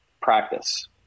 practice